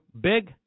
big